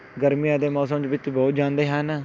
ਗਰਮੀਆਂ ਦੇ ਮੌਸਮ ਦੇ ਵਿੱਚ ਬਹੁਤ ਜਾਂਦੇ ਹਨ